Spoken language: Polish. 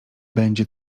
będzie